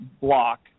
block